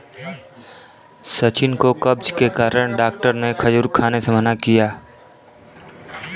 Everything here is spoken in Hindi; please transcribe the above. सचिन को कब्ज के कारण डॉक्टर ने खजूर खाने से मना किया